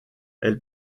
elle